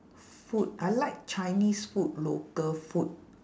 food I like chinese food local food